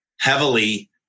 heavily